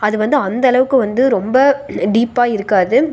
அது வந்து அந்தளவுக்கு வந்து ரொம்ப டீப்பாக இருக்காது